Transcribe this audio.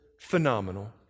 phenomenal